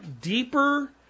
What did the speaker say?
deeper